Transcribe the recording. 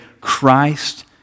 Christ